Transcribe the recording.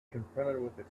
confronted